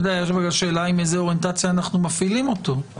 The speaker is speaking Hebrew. אתה יודע יש בו לשאלה האם איזה אוריינטציה אנחנו מפעילים אותו.